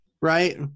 right